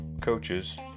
coaches